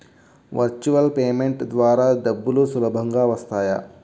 Virtual payment ద్వారా డబ్బులు సులభంగా వస్తాయా?